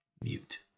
mute